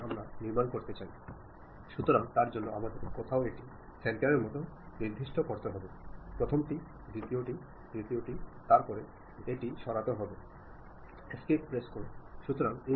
പക്ഷേ നിരവധി അവസരങ്ങളിൽ നിങ്ങൾക്ക് പ്രതികരണമൊന്നും ലഭിക്കുന്നില്ല എന്നാൽ ആശയവിനിമയ പ്രക്രിയ പൂർത്തിയായിട്ടില്ലെന്ന് ഇതിനർത്ഥമില്ല ഒരുപക്ഷേ ഈ പ്രക്രിയയിൽ ചില തടസ്സങ്ങൾ ഉണ്ടായിരിക്കാം അതിനാലാണ് പ്രതികരണം വരാത്തത് എന്ന് മനസ്സിലാക്കുന്നതാണ് നല്ലത്